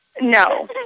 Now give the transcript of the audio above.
No